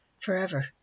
forever